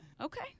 Okay